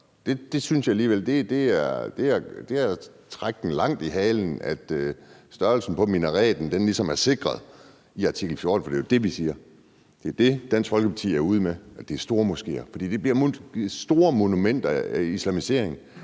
Det synes jeg alligevel er at trække den langt i halen, at størrelsen på minareten ligesom er sikret i artikel 14, for det er jo det, vi siger. Det er det, Dansk Folkeparti er ude med: Det er stormoskéer, for det bliver store monumenter af islamisering.